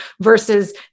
versus